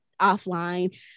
offline